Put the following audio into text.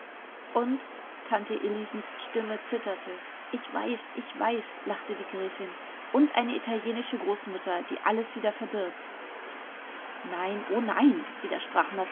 und tante elisens stimme zitterte ich weiß ich weiß lachte die gräfin und eine italienische großmutter die alles wieder verdirbt nein o nein widersprach